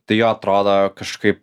tai jo atrodo kažkaip